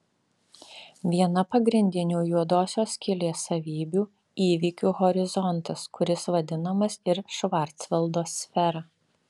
viena pagrindinių juodosios skylės savybių įvykių horizontas kuris vadinamas ir švarcvaldo sfera